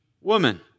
woman